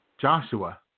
Joshua